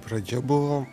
pradžia buvo